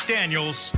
Daniels